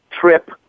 trip